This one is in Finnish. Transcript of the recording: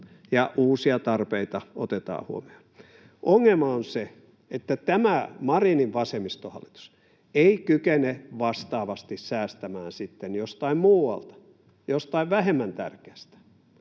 ja uusia tarpeita otetaan huomioon, vaan ongelma on se, että tämä Marinin vasemmistohallitus ei kykene vastaavasti säästämään sitten jostain muualta, jostain vähemmän tärkeästä.